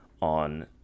on